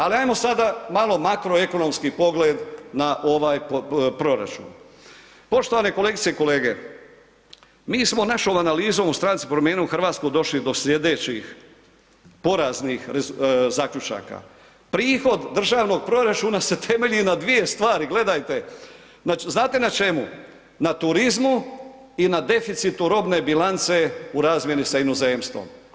Ali ajmo sad malo makroekonomski pogled na ovaj proračun, poštovane kolegice i kolege, mi smo našom analizom u Stranci promijenimo Hrvatsku došli do slijedećih poraznih zaključaka, prihod državnog proračuna se temelji na dvije stvari, gledajte, znate na čemu, na turizmu i na deficitu robne bilance u razmjeni sa inozemstvom.